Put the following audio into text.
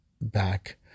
back